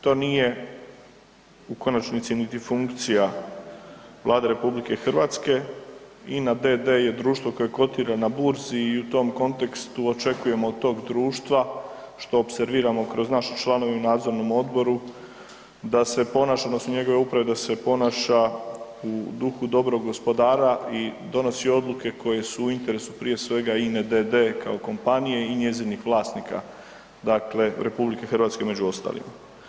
To nije u konačnici niti funkcija Vlade RH, INA d.d. je društvo koje kotira na Burzi i u tom kontekstu očekujemo od tog društva što opserviramo kroz naše članove u nadzornom odboru da se ponaša odnosno njegove uprave da se ponaša u duhu dobrog gospodara i donosi odluke koje su u interesu prije svega INA d.d. kao kompanije i njezinih vlasnika, dakle RH među ostalima.